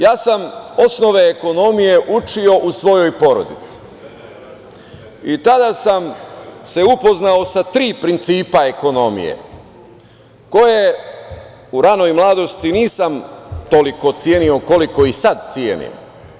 Ja sam osnove ekonomije učio u svojoj porodici i tada sam se upoznao sa tri principa ekonomije koje u ranoj mladosti nisam toliko cenio koliko ih sada cenim.